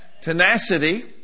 tenacity